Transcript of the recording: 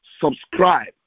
subscribe